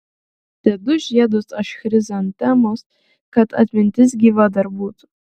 dedu žiedus aš chrizantemos kad atmintis gyva dar būtų